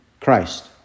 Christ